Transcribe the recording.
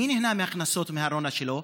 מי נהנה מהכנסות הארנונה שלו?